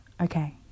okay